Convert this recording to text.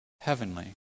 heavenly